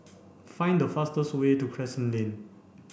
find the fastest way to Crescent Lane